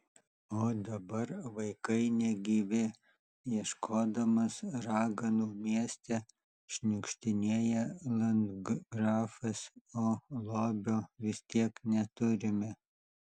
o dabar vaikai negyvi ieškodamas raganų mieste šniukštinėja landgrafas o lobio vis tiek neturime